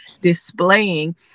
displaying